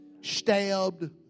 stabbed